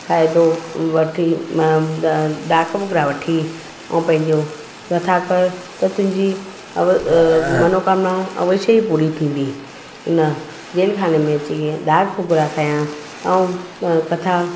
फ़ाइदो वठी डाख भुॻड़ा वठी ऐं पंहिंजो कथा कर त तुंहिंजी अवल मनोकामना अवश्य ई पूरी थींदी उन जेलख़ाने में अची इअं डाख भुॻड़ा खयां ऐं कथा